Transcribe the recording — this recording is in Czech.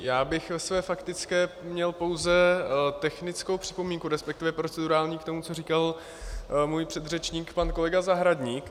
Já bych ve své faktické měl pouze technickou připomínku, resp. procedurální k tomu, co říkal můj předřečník pan kolega Zahradník.